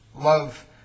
love